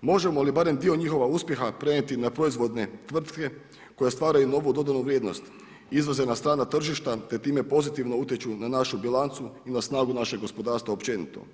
možemo li barem dio njihova uspjeha prenijeti na proizvodne tvrtke koje ostvaruju novu dodanu vrijednost izvoza na strana tržišta te time pozitivno utječu na našu bilancu i na snagu našeg gospodarstva općenito.